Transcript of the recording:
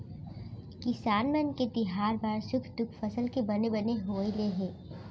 किसान मन के तिहार बार सुख दुख फसल के बने बने होवई ले हे